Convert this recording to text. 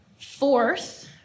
fourth